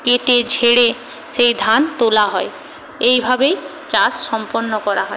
কেটে ঝেড়ে সেই ধান তোলা হয় এই ভাবেই চাষ সম্পন্ন করা হয়